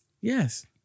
Yes